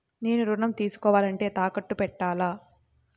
నేను ఋణం తీసుకోవాలంటే తాకట్టు పెట్టాలా?